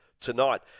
tonight